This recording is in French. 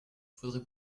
faudrait